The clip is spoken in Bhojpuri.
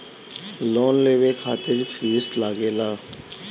लोन लेवे खातिर फीस लागेला?